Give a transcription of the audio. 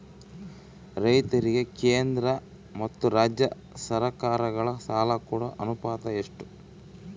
ರೈತರಿಗೆ ಕೇಂದ್ರ ಮತ್ತು ರಾಜ್ಯ ಸರಕಾರಗಳ ಸಾಲ ಕೊಡೋ ಅನುಪಾತ ಎಷ್ಟು?